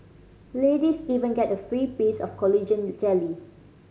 ladies even get a free piece of collagen jelly